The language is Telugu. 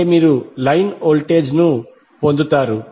అంటే మీరు లైన్ వోల్టేజ్ పొందుతారు